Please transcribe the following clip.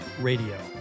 Radio